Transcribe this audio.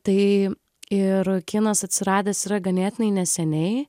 tai ir kinas atsiradęs yra ganėtinai neseniai